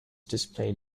displayed